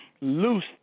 loose